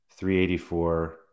384